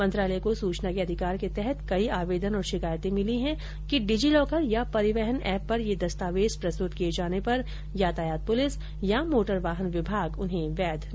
मंत्रालय को सूचना अधिकार के तहत कई आवेदन और शिकायतें मिली हैं कि डिजिलॉकर या परिवहन ऐप पर यह दस्तावेज प्रस्तुत किये जाने पर यातायात पुलिस या मोटर वाहन विभाग उन्हें वैध नहीं मानता